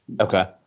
Okay